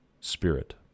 spirit